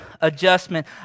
adjustment